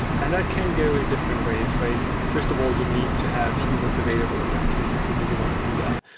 and that can go in different ways, right? first of all, you need to have humans available in that case if you really want to do that.